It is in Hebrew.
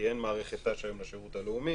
כי אין מערכת ת"ש היום בשירות הלאומי,